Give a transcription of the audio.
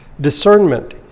Discernment